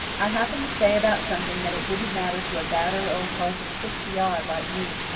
i happened to say about something that it didn't matter to a battered old hulk of sixty odd like me.